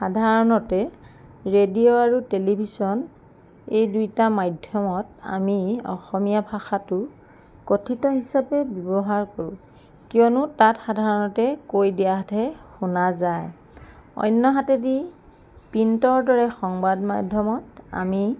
সাধাৰণতে ৰেডিঅ' আৰু টেলিভিছন এই দুয়োটা মাধ্যমত আমি অসমীয়া ভাষাটো কথিত হিচাপে ব্যৱহাৰ কৰোঁ কিয়নো তাত সাধাৰণতে কৈ দিয়াতহে শুনা যায় অন্যহাতেদি প্ৰিণ্টৰ দৰে সংবাদ মাধ্যমত আমি